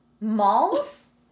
malls